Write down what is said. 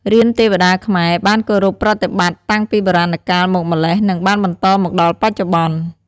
រានទេវតាខ្មែរបានគោរពប្រតិបត្តិតាំងពីបុរាណកាលមកម្ល៉េះ និងបានបន្តមកដល់បច្ចុប្បន្ន។